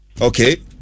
Okay